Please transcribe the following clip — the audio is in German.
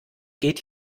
geht